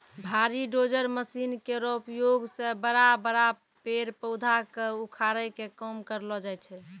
भारी dozer machine केरो उपयोग सें बड़ा बड़ा पेड़ पौधा क उखाड़े के काम करलो जाय छै